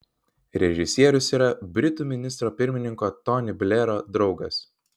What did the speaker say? režisierius yra britų ministro pirmininko tony blairo draugas